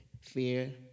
fear